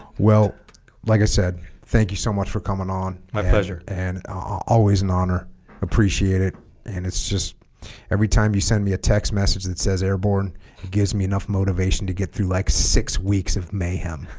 well like i said thank you so much for coming on my pleasure and ah always an honor appreciate it and it's just every time you send me a text message that says airborne it gives me enough motivation to get through like six weeks of mayhem